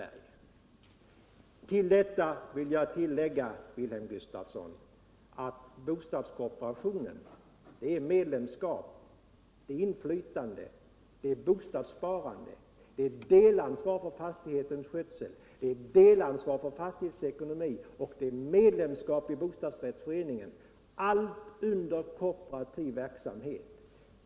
Jag vill i det sammanhanget tillägga, Wilhelm Gustafsson, att bostadskooperationen innebär medlemskap, inflytande, bostadssparande, delansvar för fastighetens skötsel, delansvar för fastighetens ekonomi och medlemskap i bostadsrättsförening. Allt detta kan åstadkommas med kooperativ verksamhet.